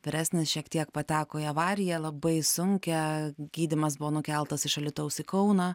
vyresnis šiek tiek pateko į avariją labai sunkią gydymas buvo nukeltas iš alytaus į kauną